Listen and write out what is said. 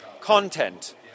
content